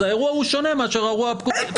אז האירוע הוא שונה מאשר האירוע...